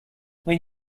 when